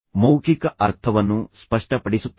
ಮೌಖಿಕ ಅರ್ಥವನ್ನು ಸ್ಪಷ್ಟಪಡಿಸುತ್ತಾರೆ